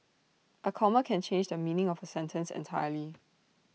A comma can change the meaning of A sentence entirely